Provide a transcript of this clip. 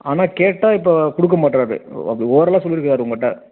ஆனால் கேட்டால் இப்போ கொடுக்க மாட்றார் அப்படி ஒரளாக சொல்லியிருக்காரு உங்கள்கிட்ட